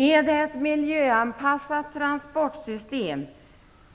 Är det ett miljöanpassat transportsystem